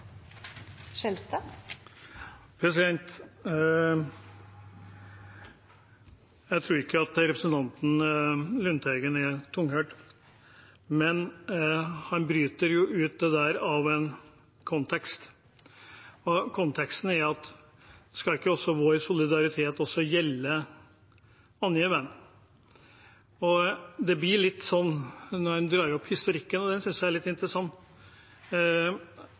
Men han bryter det ut av en kontekst. Konteksten er: Skal ikke vår solidaritet også gjelde andre veien? Det blir litt sånn når en drar opp historikken – og det synes jeg er litt interessant: